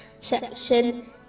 section